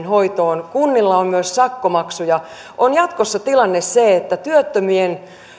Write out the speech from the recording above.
hoitoon ja kunnilla on myös sakkomaksuja niin jatkossa tilanne on se että